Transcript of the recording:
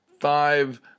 five